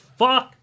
fuck